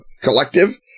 Collective